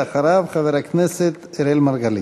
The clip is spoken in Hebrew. ואחריו, חבר הכנסת אראל מרגלית.